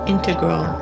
Integral